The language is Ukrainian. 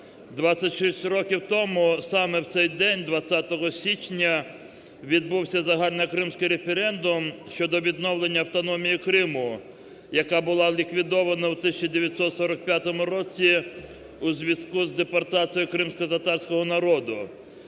26 років тому саме в цей день, 20 січня, відбувся загальнокримський референдум щодо відновлення автономії Криму, яка була ліквідована в 1945 році у зв'язку з депортацією кримськотатарського народу.